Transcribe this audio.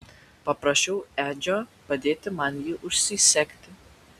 paprašiau edžio padėti man jį užsisegti